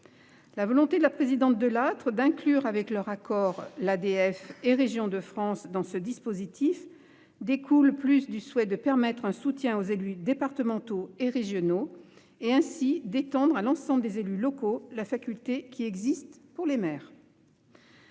La volonté de Nathalie Delattre d'inclure, avec leur accord, l'ADF et Régions de France dans ce dispositif découle plus du souhait de permettre un soutien aux élus départementaux et régionaux et d'étendre ainsi à l'ensemble des élus locaux la faculté existant pour les maires.